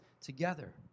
together